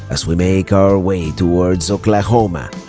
as we make our way towards oklahoma.